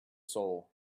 soul